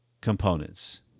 components